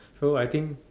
so I think